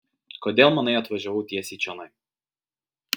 kodėl manai atvažiavau tiesiai čionai